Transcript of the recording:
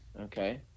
Okay